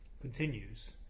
continues